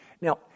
Now